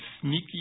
sneaky